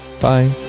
Bye